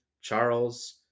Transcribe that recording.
Charles